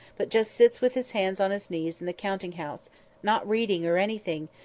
but just sits with his hands on his knees in the counting-house, not reading or anything,